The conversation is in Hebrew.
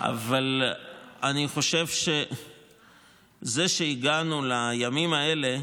אבל אני חושב שזה שהגענו לימים האלה